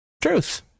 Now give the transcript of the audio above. Truth